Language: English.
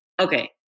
Okay